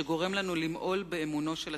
שגורם לנו למעול באמונו של הציבור.